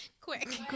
Quick